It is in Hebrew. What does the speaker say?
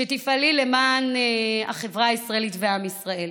שתפעלי למען החברה הישראלית ועם ישראל,